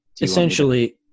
Essentially